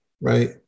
right